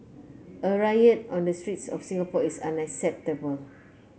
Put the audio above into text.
a riot on the streets of Singapore is unacceptable